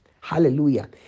Hallelujah